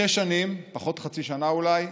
שש שנים, פחות חצי שנה אולי,